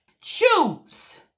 choose